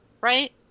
right